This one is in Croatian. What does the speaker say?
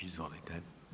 Izvolite.